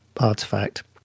artifact